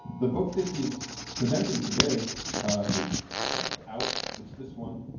the book that he is presenting today is just out, it's this one,